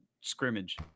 scrimmage